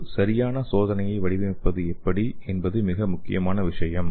ஒரு சரியான சோதனையை வடிவமைப்பது எப்படி என்பது மிக முக்கியமான விஷயம்